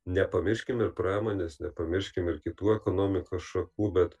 nepamirškim ir pramonės nepamirškim ir kitų ekonomikos šakų bet